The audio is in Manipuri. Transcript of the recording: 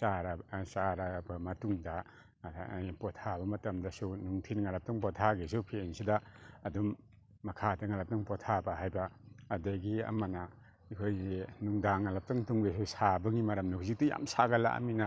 ꯆꯥꯔꯕ ꯃꯇꯨꯡꯗ ꯄꯣꯊꯥꯕ ꯃꯇꯝꯗꯁꯨ ꯅꯨꯡꯊꯤꯟ ꯉꯍꯥꯛꯇꯪ ꯄꯣꯊꯥꯒꯦꯁꯨ ꯐꯦꯟꯁꯤꯗ ꯑꯗꯨꯝ ꯃꯈꯥꯗ ꯉꯍꯥꯛꯇꯪ ꯄꯣꯊꯥꯕ ꯍꯥꯏꯕ ꯑꯗꯒꯤ ꯑꯃꯅ ꯑꯩꯈꯣꯏꯒꯤ ꯅꯨꯡꯗꯥꯡ ꯉꯍꯥꯛꯇꯪ ꯇꯨꯝꯒꯦꯁꯨ ꯁꯥꯕꯒꯤ ꯃꯔꯝꯅ ꯍꯧꯖꯤꯛꯇꯤ ꯌꯥꯝ ꯁꯥꯒꯠꯂꯛꯑꯝꯅꯤꯅ